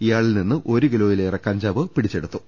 ഇയാളിൽ നിന്ന് ഒരു കിലോയിലേറെ കഞ്ചാവ് പിടിച്ചെടുത്തു